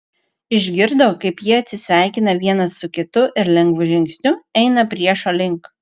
išgirdo kaip jie atsisveikina vienas su kitu ir lengvu žingsniu eina priešo link